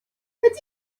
ydy